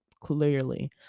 clearly